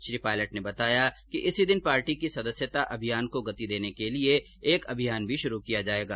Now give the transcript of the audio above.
श्री पायलट ने बताया कि इसी दिन पार्टी की सदस्यता अभियान को गति देने के लिये एक अभियान भी शुरू किया जायेगा